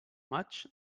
maig